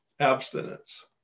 abstinence